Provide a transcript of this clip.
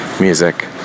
music